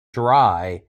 dry